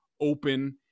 open